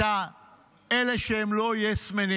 את אלה שהם לא יסמנים.